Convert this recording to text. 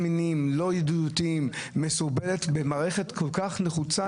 עם פרוץ המלחמה,